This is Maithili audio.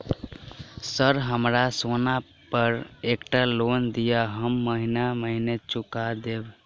सर हमरा सोना पर एकटा लोन दिऽ हम महीने महीने चुका देब?